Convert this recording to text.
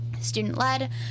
student-led